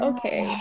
Okay